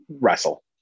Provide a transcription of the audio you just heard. wrestle